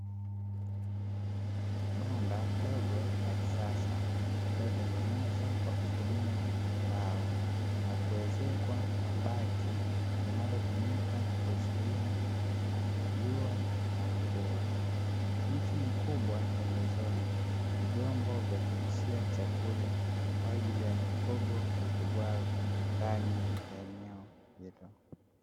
Banda dogo la kisasa linaotengenezwa kwa kutumia mbao, na kuezekwa kwa bati linalotumika kuzuia jua na mvua, miti mikubwa pembezoni vyombo vya kulishia chakula kwa ajili ya mifugo ifungwalo ndani ya eneo hilo.